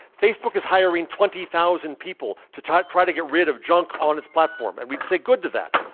facebook is hiring twenty thousand people to try try to get rid of junk on its platform. and we'd say good to that.